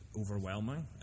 Overwhelming